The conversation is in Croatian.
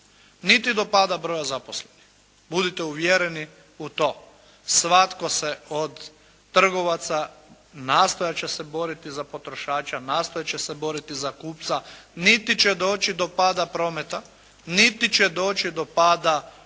niti do pada broja zaposlenih, budite uvjereni u to. Svatko se od trgovaca, nastojati će se boriti za potrošača, nastojati će se boriti za kupca, niti će doći do pada prometa, niti će doći do pada broja